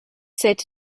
sept